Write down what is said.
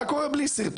מה היה קורה בלי סרטון?